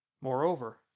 Moreover